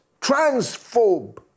transphobe